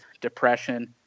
depression